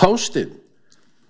it